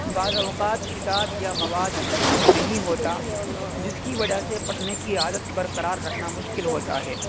بعض اوقات کتاب یا مواد دلچسپ نہیں ہوتا جس کی وجہ سے پڑھنے کی عادت برقرار رکھنا مشکل ہوتا ہے